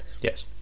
Yes